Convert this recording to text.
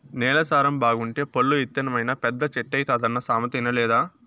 నేల సారం బాగుంటే పొల్లు ఇత్తనమైనా పెద్ద చెట్టైతాదన్న సామెత ఇనలేదా